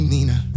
Nina